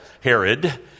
Herod